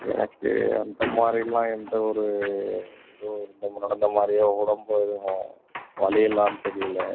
எனக்கு அந்த மாதிரிலாம் எந்த ஒரு எதுவும் சம்பவம் நடந்த மாதிரியும் உடம்பு எதுவும் வலியெல்லாம் தெரியலை